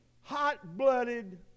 hot-blooded